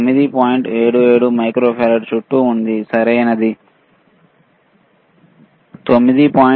77 micro farad చుట్టూ ఉంది సరియైనదా